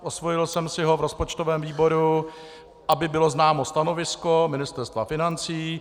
Osvojil jsem si ho v rozpočtovém výboru, aby bylo známo stanovisko Ministerstva financí.